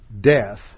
death